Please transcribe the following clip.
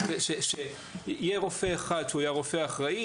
מודל שיהיה רופא אחד שיהיה רופא אחראי